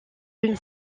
une